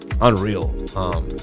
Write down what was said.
Unreal